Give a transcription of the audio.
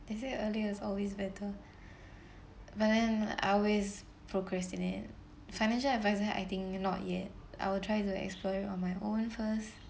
they say earlier is always better but then I always procrastinate financial adviser I think not yet I will try to explore it on my own first